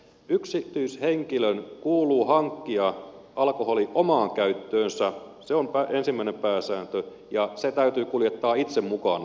yksityishenkilön kuuluu hankkia alkoholi omaan käyttöönsä se on ensimmäinen pääsääntö ja se täytyy kuljettaa itse mukana se on toinen